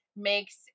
makes